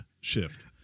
Shift